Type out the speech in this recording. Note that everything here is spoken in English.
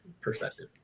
perspective